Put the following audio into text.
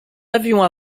avions